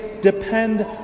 depend